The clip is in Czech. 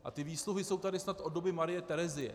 A ty výsluhy jsou tady snad od doby Marie Terezie.